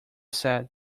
said